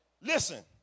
Listen